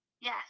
Yes